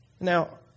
Now